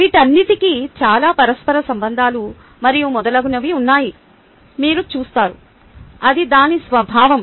వీటన్నింటికీ చాలా పరస్పర సంబంధాలు మరియు మొదలగునవి ఉన్నాయని మీరు చూస్తారు అది దాని స్వభావం